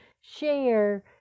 share